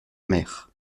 mer